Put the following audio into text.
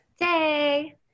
Yay